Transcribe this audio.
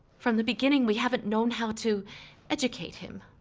from the beginning, we haven't known how to educate him.